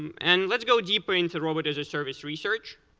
and let's go deeper into robot as a service research.